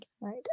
right